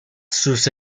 sus